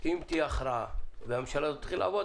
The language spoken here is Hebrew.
אם תהיה הכרעה והממשלה הזאת תתחיל לעבוד,